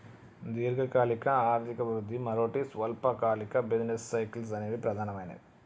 దీర్ఘకాలిక ఆర్థిక వృద్ధి, మరోటి స్వల్పకాలిక బిజినెస్ సైకిల్స్ అనేవి ప్రధానమైనవి